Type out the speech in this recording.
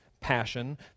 passion